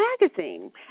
Magazine